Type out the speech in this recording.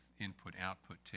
input-output